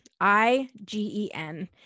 I-G-E-N